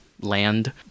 land